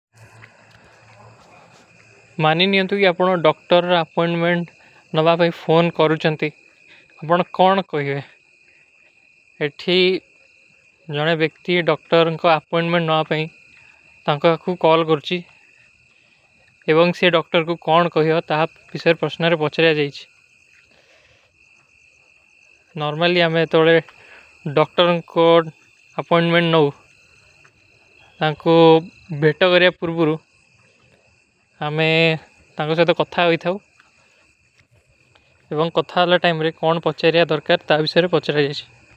ମାନୀ ନିଯମ୍ତୁ କି ଆପକା ଡକ୍ଟର ଅପପୋଂଡ୍ମେଂଡ ନଵାପାଈ ଫୋନ କରୂଚନ ଥେ, ଆପକା କୌନ କୋହିଏ। ଏଠୀ ଜୋନେ ବେକ୍ତୀ ଡକ୍ଟର ଅପପୋଂଡ୍ମେଂଡ ନଵାପାଈ, ତାଂକା କୁଛ କୌଲ କରୁଚୀ ଏବଂଗ ସେ ଡକ୍ଟର କୋ କୌନ କୋହିଏ ତା ଭୀସର ପ୍ରସ୍ଣାରେ ପଚ୍ଚରା ଜାଈଚୀ। ଆପକା ଡକ୍ଟର ଅପପୋଂଡ୍ମେଂଡ ନଵାପାଈ ଫୋନ କରୂଚନ ଥେ, ଆପକା କୌନ କୋହିଏ ତା ଭୀସର ପ୍ରସ୍ଣାରେ ପଚ୍ଚରା ଜାଈଚୀ।